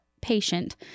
patient